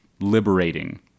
liberating